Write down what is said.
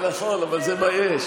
נכון, אבל זה מה יש.